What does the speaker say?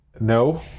no